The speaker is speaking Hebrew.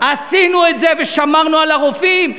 עשינו את זה ושמרנו על הרופאים,